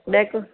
ਡੈਕੋ